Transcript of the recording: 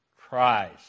Christ